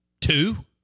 Two